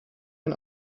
bin